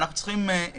אנחנו צריכים לעבוד